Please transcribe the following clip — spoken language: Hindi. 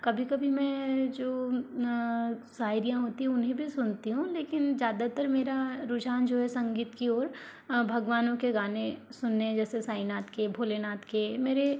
कभी कभी मैं जो शायरीयाँ होती हैं उन्हें भी सुनती हूँ लेकिन ज़्यादातर मेरा रुझान जो है संगीत की ओर भगवानों के गाने सुनने जैसे साईंनाथ के भोलेनाथ के मेरे